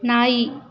ನಾಯಿ